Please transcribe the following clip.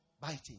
biting